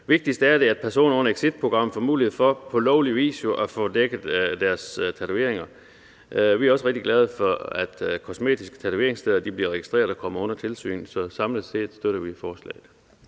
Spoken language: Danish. Vigtigst er det, at personer under exitprogram jo får mulighed for på lovlig vis at få dækket deres tatoveringer. Vi er også rigtig glade for, at kosmetiske tatoveringssteder bliver registreret og kommer under tilsyn. Så samlet set støtter vi forslaget.